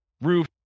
roof